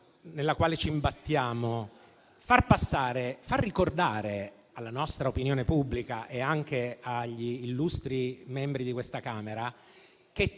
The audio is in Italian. nella quale ci imbattiamo: far ricordare alla nostra opinione pubblica e anche agli illustri membri di questa Camera